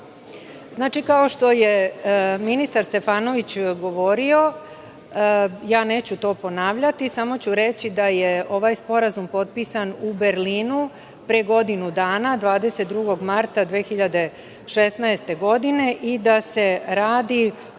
kao što je ministar Stefanović govorio, neću to ponavljati, samo ću reći da je ovaj sporazum potpisan u Berlinu pre godinu dana 22. marta 2016. godine i da se radi